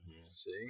See